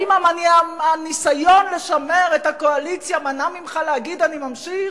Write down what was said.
האם הניסיון לשמר את הקואליציה מנע ממך להגיד: אני ממשיך?